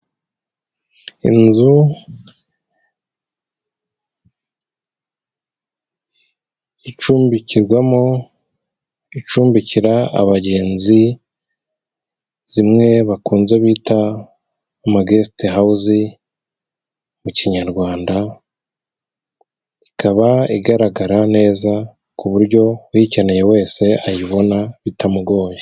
Inzu icumbikirwamo, icumbikira abagenzi zimwe bakunze bita amagesite hawuzi mu kinyarwanda. ikaba igaragara neza ku buryo uyikeneye wese ayibona bitamugoye.